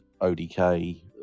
ODK